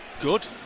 Good